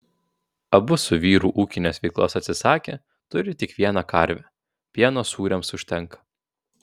abu su vyru ūkinės veiklos atsisakė turi tik vieną karvę pieno sūriams užtenka